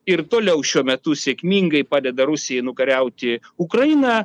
ir toliau šiuo metu sėkmingai padeda rusijai nukariauti ukrainą